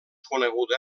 coneguda